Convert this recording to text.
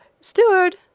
steward